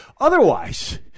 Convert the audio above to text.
Otherwise